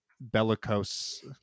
bellicose